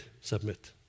submit